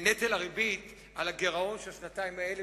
נטל הריבית על הגירעון של השנתיים האלה,